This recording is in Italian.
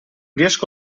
riesco